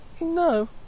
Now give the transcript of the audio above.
No